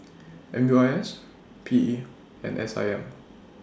M U I S P E and S I M